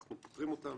אנחנו פותרים אותן.